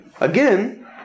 Again